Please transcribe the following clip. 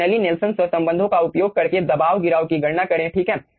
मार्टिनली Nelson सहसंबंधों का उपयोग करके दबाव गिराव की गणना करें ठीक है